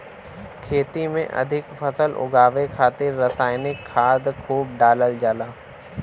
खेती में अधिक फसल उगावे खातिर रसायनिक खाद खूब डालल जाला